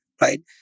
right